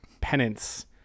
penance